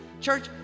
Church